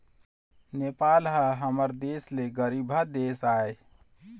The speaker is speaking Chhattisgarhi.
नेपाल ह हमर देश ले गरीबहा देश आय